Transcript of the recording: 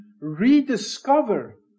rediscover